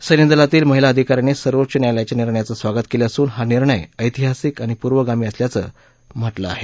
सैन्यदलातील महिला अधिकाऱ्यांनी सर्वोच्च न्यायालयाच्या निर्णयाचं स्वागत केलं असून हा निर्णय एतिहासिक आणि पूर्वगामी असल्याचं म्हा मिं आहे